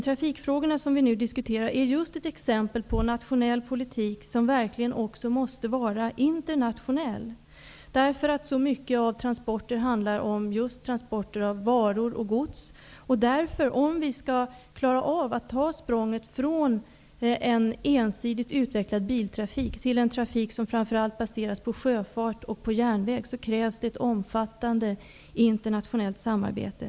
Trafikfrågorna, som vi nu diskuterar, är just ett exempel på nationell politik som verkligen också måste vara internationell, därför att så mycket av transporter handlar om transporter av varor och gods. Om vi skall klara av att ta språnget från en ensidigt utvecklad biltrafik till en trafik som framför allt baseras på sjöfart och järnväg, krävs ett omfattande internationellt samarbete.